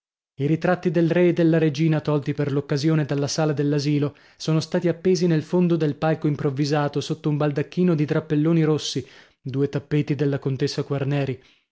i ritratti del re e della regina tolti per l'occasione dalla sala dell'asilo sono stati appesi nel fondo del palco improvvisato sotto un baldacchino di drappelloni rossi